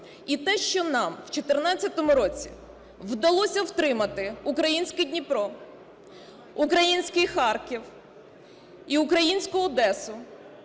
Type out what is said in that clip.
І те, що нам в 14-му році вдалося втримати українське Дніпро, український Харків і українську Одесу,